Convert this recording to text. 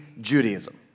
Judaism